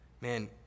Man